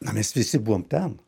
na mes visi buvom ten